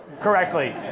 correctly